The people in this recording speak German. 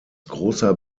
großer